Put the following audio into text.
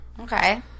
Okay